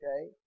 okay